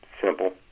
simple